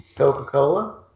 Coca-Cola